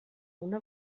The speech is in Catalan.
una